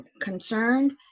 concerned